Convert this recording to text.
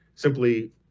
simply